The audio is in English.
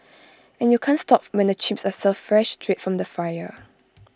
and you can't stop when the chips are served fresh straight from the fryer